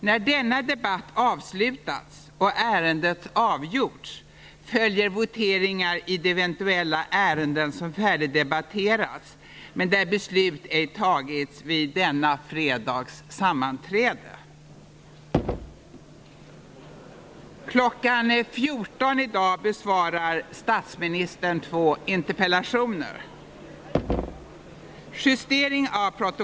När denna debatt avslutats och ärendet avgjorts, följer voteringar i de eventuella ärenden som färdigdebatterats vid denna fredags sammanträde.